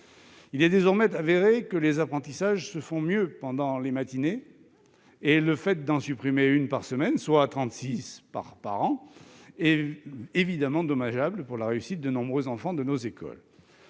Il est désormais avéré que les apprentissages se font mieux pendant les matinées. Le fait d'en supprimer une par semaine, soit trente-six par an, est évidemment dommageable pour la réussite de nombreux enfants de nos écoles.